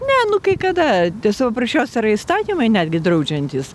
ne nu kai kada tiesog paprasčiausiai yra įstatymai netgi draudžiantys